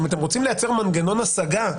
אתם רוצים לייצר מנגנון השגה,